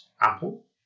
Apple